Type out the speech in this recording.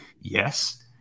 Yes